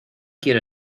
quiero